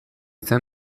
zen